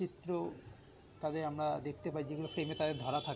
চিত্র তাদের আমরা দেখতে পাই যেগুলো ফ্রেমে তাদের ধরা থাকে